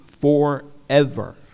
forever